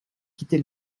quitter